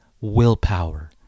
willpower